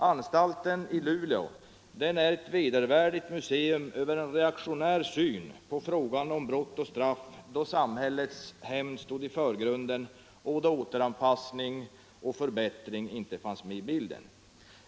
Anstalten i Luleå är ett vedervärdigt museum över en reaktionär syn på frågan om brott och straff, då samhällets hämnd stod i förgrunden och då återanpassning och förbättring inte fanns med i bilden.